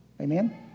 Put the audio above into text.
Amen